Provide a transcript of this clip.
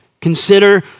Consider